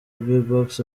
bbox